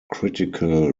critical